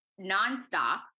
nonstop